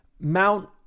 Mount